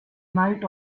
night